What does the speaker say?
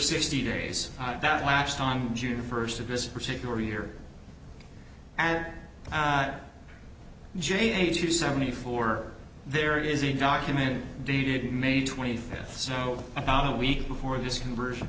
sixty days that last time june first of this particular year and jane to seventy four there is a document dated may twenty fifth so about a week before this conversion